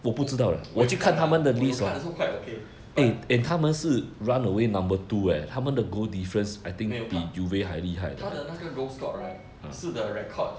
我有看 lah 我有看 so quite okay but 没有他他的那个 goal score right 是 the record